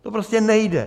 To prostě nejde.